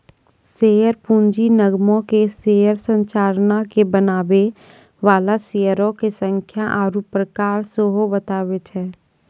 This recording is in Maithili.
शेयर पूंजी निगमो के शेयर संरचना के बनाबै बाला शेयरो के संख्या आरु प्रकार सेहो बताबै छै